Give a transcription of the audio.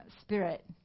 spirit